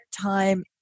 time